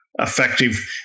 effective